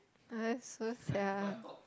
sia